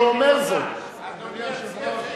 אדוני היושב-ראש,